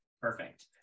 Perfect